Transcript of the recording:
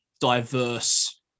diverse